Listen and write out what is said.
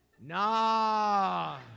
nah